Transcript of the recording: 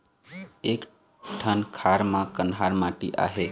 एक ठन खार म कन्हार माटी आहे?